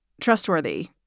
trustworthy